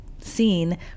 seen